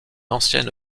ancienne